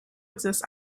exists